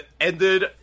ended